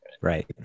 right